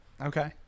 Okay